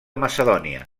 macedònia